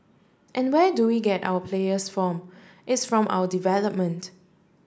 and where do we get our players from it's from our development